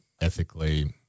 ethically